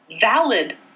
valid